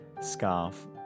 scarf